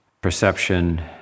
perception